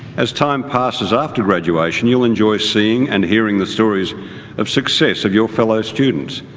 as time passes after graduation you'll enjoy seeing and hearing the stories of success of your fellow students.